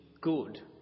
good